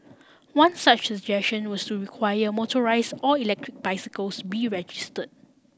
one such suggestion was to require motorise or electric bicycles be register